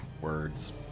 Words